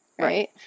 right